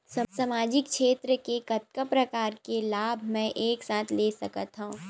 सामाजिक क्षेत्र के कतका प्रकार के लाभ मै एक साथ ले सकथव?